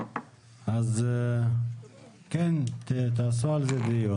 --- אז תעשו על זה דיון.